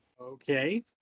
okay